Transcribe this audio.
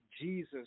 Jesus